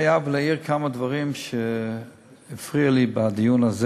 שנת 2014 הייתה לענף התיירות כמו "צוק איתן"